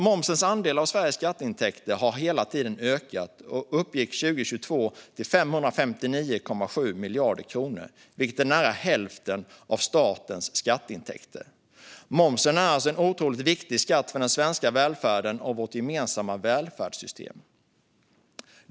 Momsens andel av Sveriges skatteintäkter har hela tiden ökat och uppgick 2022 till 559,7 miljarder kronor, vilket är nära hälften av statens skatteintäkter. Momsen är alltså en otroligt viktig skatt för den svenska välfärden och vårt gemensamma välfärdssystem.